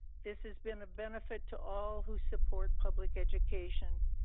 this has been a benefit to all who support public education.